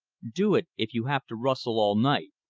do it if you have to rustle all night.